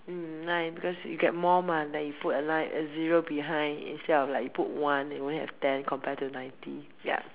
mm nine because you get more mah then you put a nine a zero behind instead of like you put one then you only have ten compared to ninety ya